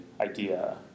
idea